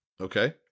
okay